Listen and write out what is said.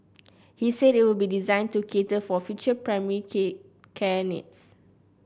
he said it will be designed to cater for future primary care needs